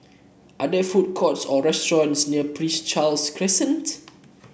are there food courts or restaurants near Prince Charles Crescent